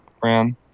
brand